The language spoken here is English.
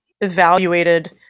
evaluated